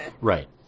Right